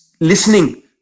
listening